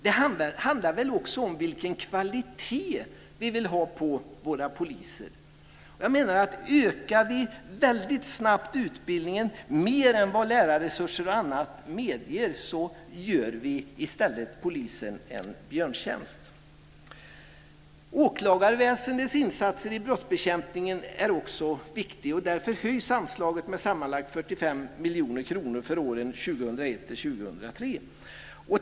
Det handlar väl också om vilken kvalitet som vi vill ha på våra poliser? Om vi väldigt snabbt ökar utbildningen mer än vad lärarresurser och annat medger gör vi i stället polisen en björntjänst. Åklagarväsendets insatser i brottsbekämpningen är också viktig. Därför höjs anslaget med sammanlagt 45 miljoner kronor för åren 2001-2003.